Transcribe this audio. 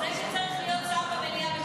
זה שצריך להיות שר במליאה,